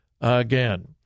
again